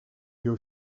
your